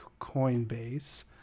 Coinbase